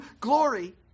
glory